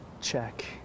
check